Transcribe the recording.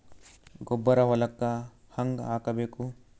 ಗೊಬ್ಬರ ಹೊಲಕ್ಕ ಹಂಗ್ ಹಾಕಬೇಕು?